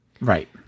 Right